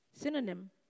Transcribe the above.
synonym